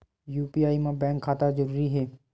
UPI मा bank खाता जरूरी हे?